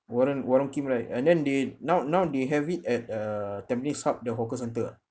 warong warong kim right and then they now now they have it at err tampines hub the hawker centre ah